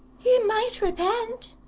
he might repent,